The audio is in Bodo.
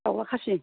दाउज्ला खासि